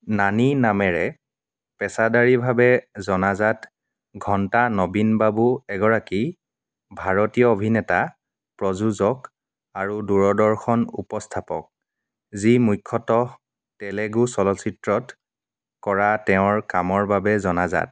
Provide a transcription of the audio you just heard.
নানী নামেৰে পেছাদাৰীভাৱে জনাজাত ঘণ্টা নবীন বাবু এগৰাকী ভাৰতীয় অভিনেতা প্ৰযোজক আৰু দূৰদৰ্শন উপস্থাপক যি মুখ্যতঃ তেলেগু চলচ্চিত্ৰত কৰা তেওঁৰ কামৰ বাবে জনাজাত